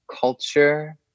culture